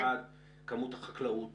אחד, כמות החקלאות.